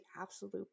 absolute